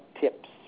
tips